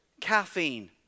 caffeine